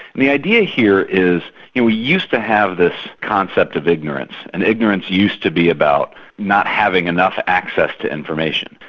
the idea here is you know we used to have this concept of ignorance, and ignorance used to be about not having enough access to information.